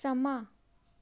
ਸਮਾਂ